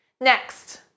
Next